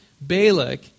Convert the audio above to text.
Balak